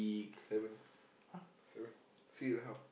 haven't three and a half